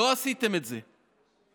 לא עשיתם את זה.